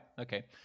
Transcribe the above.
okay